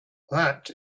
that